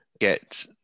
get